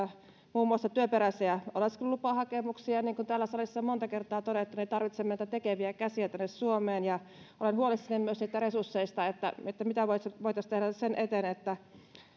muun muassa näitä työperäisiä oleskelulupahakemuksia niin kuin täällä salissa on monta kertaa todettu tarvitsemme näitä tekeviä käsiä tänne suomeen olen huolissani myös resursseista mitä voisimme tehdä sen eteen että